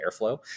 airflow